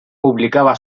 publicaba